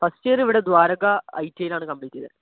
first ഇയറിവിടെ Dwaraka I T I ലാണ് complete ചെയ്തെ